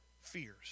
fears